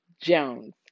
Jones